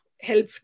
help